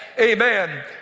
Amen